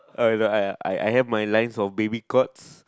uh I I I have my lines of baby courts